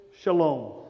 shalom